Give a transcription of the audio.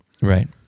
right